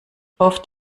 oft